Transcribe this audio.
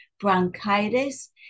bronchitis